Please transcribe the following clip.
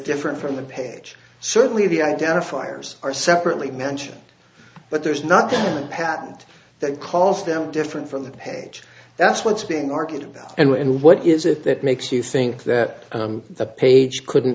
different from the page certainly the identifiers are separately mention but there's not a patent that calls them different from the page that's what's being argued about and what is it that makes you think that the page couldn't